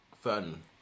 fun